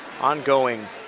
ongoing